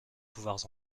pouvoirs